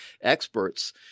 experts